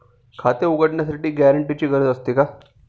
खाते उघडण्यासाठी गॅरेंटरची गरज असते का?